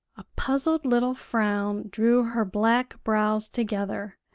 a puzzled little frown drew her black brows together,